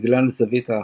בגלל זווית ההחלקה.